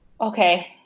Okay